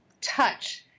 touch